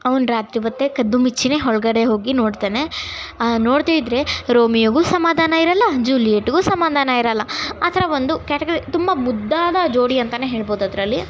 ಅವ್ನು ರಾತ್ರಿ ಒತ್ತೆ ಕದ್ದು ಮುಚ್ಚಿಯೇ ಒಳಗಡೆ ಹೋಗಿ ನೋಡ್ತಾನೆ ನೋಡದೇ ಇದ್ದರೆ ರೋಮಿಯೋಗೂ ಸಮಾಧಾನ ಇರಲ್ಲ ಜೂಲಿಯೆಟ್ಗೂ ಸಮಾಧಾನ ಇರಲ್ಲ ಆ ಥರ ಒಂದು ಕ್ಯಾಟಗರಿ ತುಂಬ ಮುದ್ದಾದ ಜೋಡಿ ಅಂತಲೇ ಹೇಳ್ಬಹುದು ಅದರಲ್ಲಿ